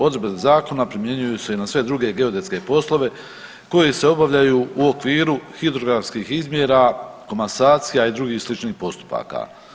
Odredbe zakona primjenjuju se i na sve druge geodetske poslove koji se obavljaju u okviru hidrogenskih izmjera, komasacija i drugih sličnih postupaka.